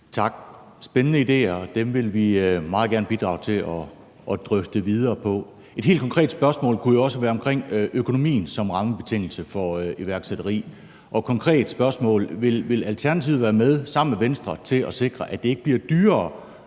Tak. Spændende idéer, og dem vil vi meget gerne bidrage til at drøfte videre. Et helt konkret spørgsmål kunne også være omkring økonomien som rammebetingelse for iværksætteri, og et konkret spørgsmål kunne være: Vil Alternativet være med sammen med Venstre til at sikre, at det ikke bliver dyrere